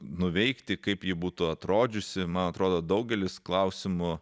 nuveikti kaip ji būtų atrodžiusi man atrodo daugelis klausimų